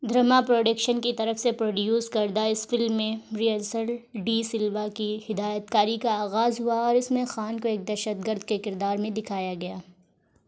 Dharma production کی طرف سے پروڈیوس کردہ اس فلم میں رینسیل ڈی سلوا کی ہدایت کاری کا آغاز ہوا اور اس میں خان کو ایک دہشت گرد کے کردار میں دکھایا گیا